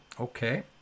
Okay